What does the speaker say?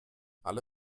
alle